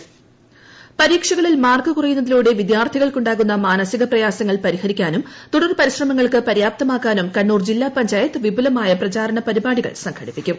പ്രചാരണ പരിപാടി പരീക്ഷകളിൽ മാർക്ക് കുറയുന്നതിലൂടെ വിദ്യാർഥികൾക്കുണ്ടാകുന്ന മാനസിക പ്രയാസങ്ങൾ പരിഹരിക്കാനും തുടർ പരിശ്രമങ്ങൾക്ക് പര്യാപ്തമാക്കാനും കണ്ണൂർ ജില്ലാ പഞ്ചായത്ത് വിപുലമായ പ്രചരണ പരിപാടികൾ സംഘടിപ്പിക്കും